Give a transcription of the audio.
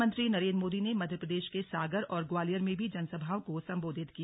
प्रधानमंत्री नरेन्द्र मोदी ने मध्य प्रदेश के सागर और ग्वालियर में भी जनसभाओं को संबोधित किया